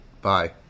Bye